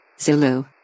Zulu